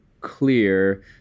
clear